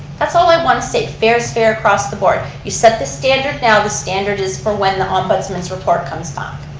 that's all i want to say. fair is fair across the board. you set the standard now, the standard is for when the ombudsman's report comes back.